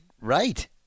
right